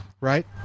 Right